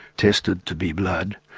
tested to be blood,